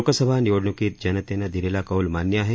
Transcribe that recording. लोकसभा निवडणुकीत जनतेनं दिलेला कौल मान्य आहे